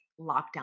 lockdown